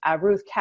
Ruth